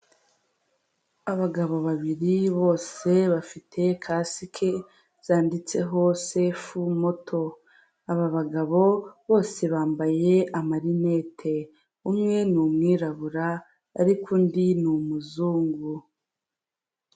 Abagabo babiri bose bafite kasike zanditseho sefu moto, aba bagabo bose bambaye amarinete umwe ni umwirabura ariko undi ni umuzungu.